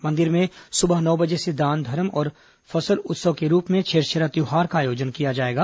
मंदिर में सुबह नौ बजे से दान धर्म और फसल उत्सव के रूप में छेरछेरा त्यौहार का आयोजन किया जाएगा